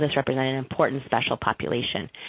this represents an important special population.